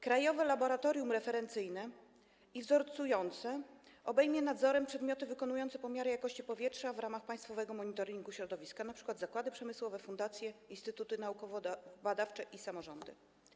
Krajowe Laboratorium Referencyjne i Wzorcujące obejmie nadzorem podmioty wykonujące pomiary jakości powietrza w ramach Państwowego Monitoringu Środowiska, np. zakłady przemysłowe, fundacje, instytuty naukowo-badawcze i samorządy.